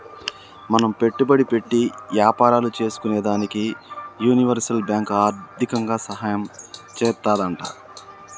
మనం పెట్టుబడి పెట్టి యాపారాలు సేసుకునేదానికి యూనివర్సల్ బాంకు ఆర్దికంగా సాయం చేత్తాదంట